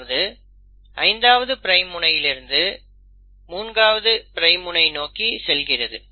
அதாவது 5ஆவது பிரைம் முனையிலிருந்து 3ஆவது பிரைம் முனை நோக்கி செல்கிறது